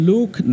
Luke